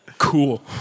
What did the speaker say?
cool